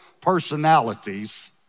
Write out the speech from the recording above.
personalities